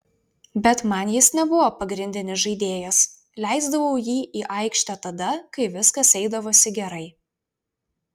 bet man jis nebuvo pagrindinis žaidėjas leisdavau jį į aikštę tada kai viskas eidavosi gerai